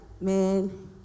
man